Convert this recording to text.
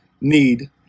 need